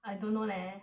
I don't know leh